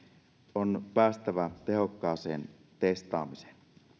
on päästävä tehokkaaseen testaamiseen